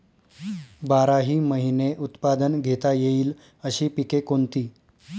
बाराही महिने उत्पादन घेता येईल अशी पिके कोणती?